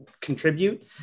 contribute